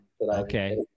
Okay